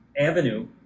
avenue